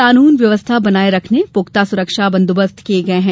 कानून व्यवस्था बनाये रखने पुख्ता सुरक्षा बंदोबस्त किए गए है